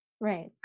right